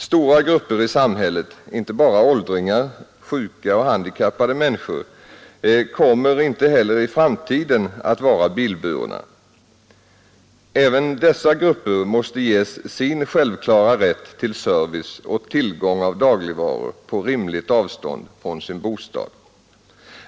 Stora grupper i samhället, inte bara åldringar, sjuka och handikappade människor kommer inte heller i framtiden att vara bilburna. Även dessa grupper måste ges sin självklara rätt till service och tillgång av dagligvaror på rimligt avstånd från sin bostad.